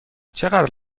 چقدر